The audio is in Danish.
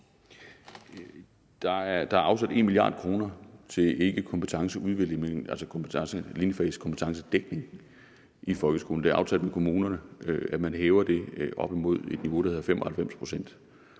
Der er afsat 1 mia. kr., ikke til kompetenceudvikling, men til linjefagskompetencedækning i folkeskolen, og det er aftalt med kommunerne, at man hæver det op imod et niveau, der hedder 95 pct.